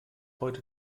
heute